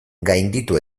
gainditu